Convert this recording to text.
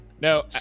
No